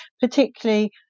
particularly